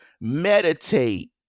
meditate